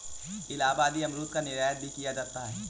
इलाहाबादी अमरूद का निर्यात भी किया जाता है